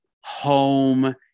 home